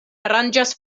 aranĝas